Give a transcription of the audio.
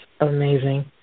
amazing